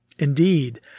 Indeed